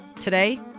Today